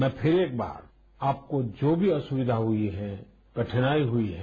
मैं फिर एक बार आपको जो भी असुविधा हुई है कठिनाई हुई है